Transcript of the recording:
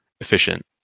efficient